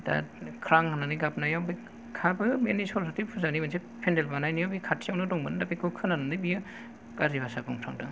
दा ख्रां होननानै गाबनायाव बेहाबो सरसथि फुजानि मोनसे फेन्देल बानायनायाव बे खाथियाव नो दंमोन दा बेखौ खौनानानै बियो गाज्रि बासा बुंफ्लांदों